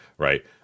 Right